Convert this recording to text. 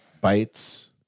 bites